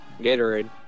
Gatorade